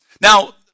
Now